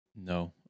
No